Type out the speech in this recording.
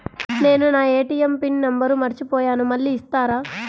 నేను నా ATM pin number మర్చిపోయాను మళ్ళీ ఇస్తారా?